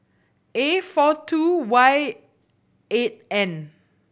A four two Y eight N